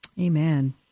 Amen